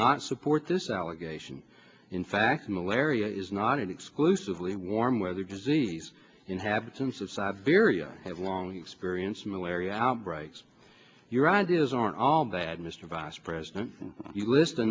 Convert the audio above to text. not support this allegation in fact malaria is not exclusively warm weather disease inhabitants of siberia have long experience malaria outbreaks your ideas aren't all bad mr vice president you list a